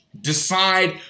decide